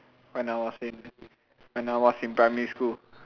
when I was in when I was in primary school